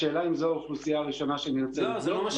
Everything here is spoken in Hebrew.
השאלה היא אם זו האוכלוסייה הראשונה שנרצה לבדוק,